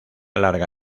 larga